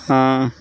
हाँ